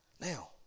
Now